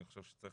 אני חושב שאם